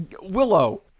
Willow